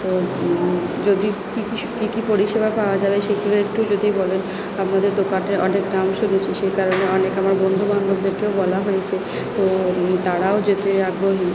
তো যদি কী কী কী কী পরিষেবা পাওয়া যাবে সেগুলো একটু যদি বলেন আপনাদের দোকানটার অনেক নাম শুনেছি সেই কারণে অনেক আমার বন্ধু বান্ধবদেরকেও বলা হয়েছে তো তারাও যেতে আগ্রহী